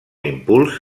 impuls